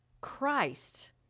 Christ